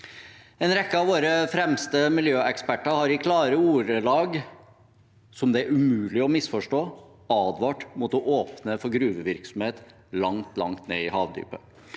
En rekke av våre fremste miljøeksperter har i klare ordelag, som det er umulig å misforstå, advart mot å åpne for gruvevirksomhet langt, langt nede i havdypet.